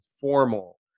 formal